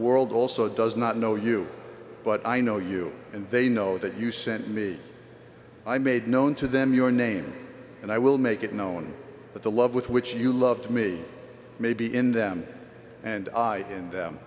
world also does not know you but i know you and they know that you sent me i made known to them your name and i will make it known but the love with which you love to me may be in them and i